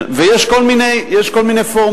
ויש כל מיני פורמטים,